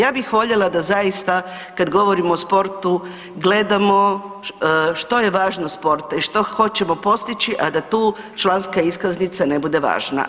Ja bih voljela da zaista kad govorimo o sportu, gledamo što je važno sportu i što hoćemo postići a da tu članska iskaznica ne bude važna.